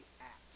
act